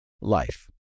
life